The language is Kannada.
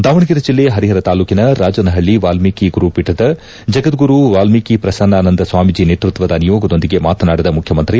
ದಾವಣಗೆರೆ ಜಿಲ್ಲೆ ಹರಿಹರ ತಾಲ್ಲೂಕಿನ ರಾಜನಹಳ್ಳಿ ವಾಲ್ಗೀಕಿ ಗುರುಪೀಠದ ಜಗದ್ಗುರು ವಾಲ್ಗೀಕಿ ಶ್ರಸನ್ನಾನಂದ ಸ್ವಾಮೀಜಿ ನೇತೃತ್ವದ ನಿಯೋಗದೊಂದಿಗೆ ಮಾತನಾಡಿದ ಮುಖ್ಯಮಂತ್ರಿ